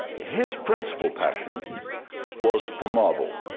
his principle passion was for marble.